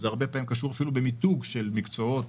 זה הרבה פעמים קשור במיתוג של מקצועות,